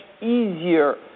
easier